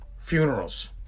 Funerals